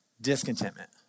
Discontentment